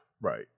Right